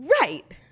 Right